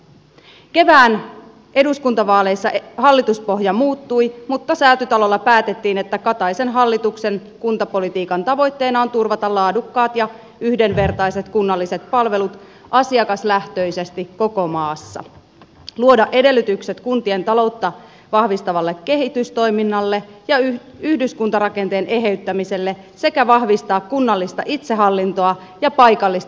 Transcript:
kevään eduskuntavaaleissa hallituspohja muuttui mutta säätytalolla päätettiin että kataisen hallituksen kuntapolitiikan tavoitteena on turvata laadukkaat ja yhdenvertaiset kunnalliset palvelut asiakaslähtöisesti koko maassa luoda edellytykset kuntien taloutta vahvistavalle kehitystoiminnalle ja yhdyskuntarakenteen eheyttämiselle sekä vahvistaa kunnallista itsehallintoa ja paikallista demokratiaa